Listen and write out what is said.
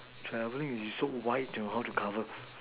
traveling is so wide you know how to cover